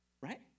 right